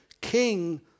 King